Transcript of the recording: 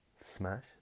smash